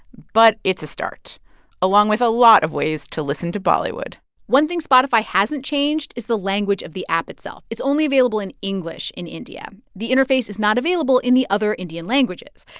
but it's a start along with a lot of ways to listen to bollywood one thing spotify hasn't changed is the language of the app itself. it's only available in english in india. the interface is not available in the other indian languages.